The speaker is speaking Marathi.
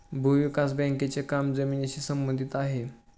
भूविकास बँकेचे काम जमिनीशी संबंधित आहे